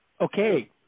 okay